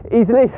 easily